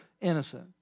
innocent